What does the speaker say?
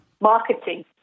Marketing